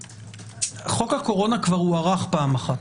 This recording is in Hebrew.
חוק הקורונה כבר הוארך פעם אחת.